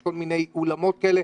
יש כל מיני אולמות כאלה,